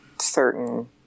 certain